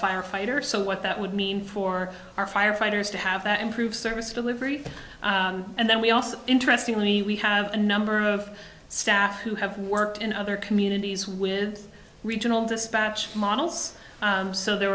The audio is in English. firefighter so what that would mean for our firefighters to have that improve service delivery and then we also interestingly we have a number of staff who have worked in other communities with regional dispatch models so there